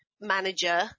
manager